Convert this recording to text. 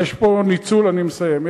אני מסיים.